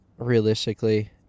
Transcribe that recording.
realistically